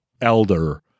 elder